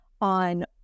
on